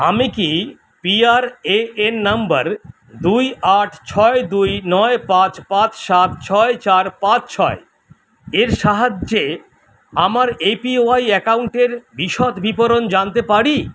আমি কি PRAN number দুই আট ছয় দুই নয় পাঁচ পাঁচ সাত ছয় চার পাঁচ ছয় এর সাহায্যে আমার এপিওয়াই অ্যাকাউন্টের বিশদ বিবরণ জানতে পারি